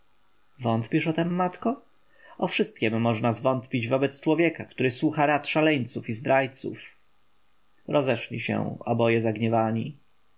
wątpisz o tem matko o wszystkiem można zwątpić wobec człowieka który słucha rad szaleńców i zdrajców rozeszli się oboje zagniewani